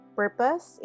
purpose